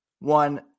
one